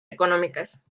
económicas